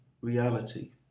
reality